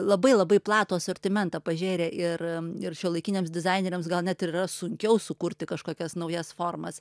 labai labai platų asortimentą pažėrė ir ir šiuolaikiniams dizaineriams gal net yra sunkiau sukurti kažkokias naujas formas